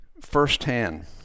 firsthand